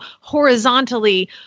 horizontally